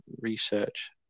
research